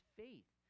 faith